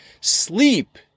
Sleep